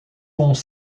monts